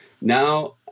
Now